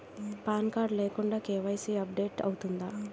Pan card లేకుండా KYC update అవుతుందా?